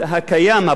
הפועל היום,